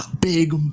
big